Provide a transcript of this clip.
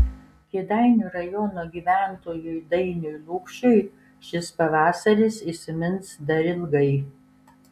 kėdainių rajono gyventojui dainiui lukšiui šis pavasaris įsimins dar ilgai